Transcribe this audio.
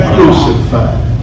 Crucified